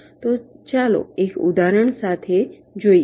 તો ચાલો એક ઉદાહરણ સાથે જોઈએ